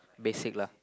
basic lah